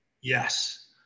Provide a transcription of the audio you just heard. Yes